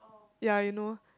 ya you know